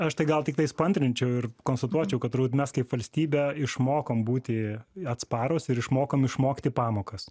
aš tai gal tiktais paantrinčiau ir konstatuočiau kad turbūt mes kaip valstybė išmokom būti atsparūs ir išmokam išmokti pamokas